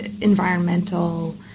Environmental